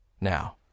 Now